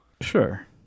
sure